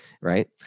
right